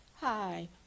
hi